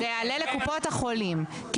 זה יעלה לקופות החולים.